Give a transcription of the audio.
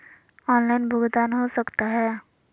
Online भुगतान हो सकता है?